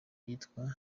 yitwa